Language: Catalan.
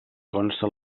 consta